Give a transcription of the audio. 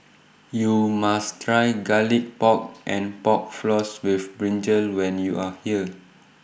YOU must Try Garlic Pork and Pork Floss with Brinjal when YOU Are here